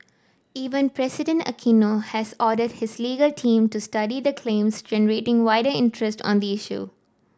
Even President Aquino has ordered his legal team to study the claims generating wider interest on the issue